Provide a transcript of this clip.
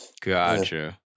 gotcha